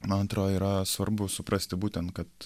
man atrodo yra svarbu suprasti būtent kad